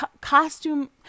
costume